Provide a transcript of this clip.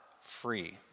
free